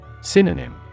Synonym